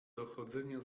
dochodzenia